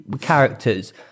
characters